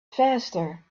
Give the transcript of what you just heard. faster